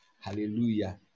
Hallelujah